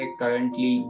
currently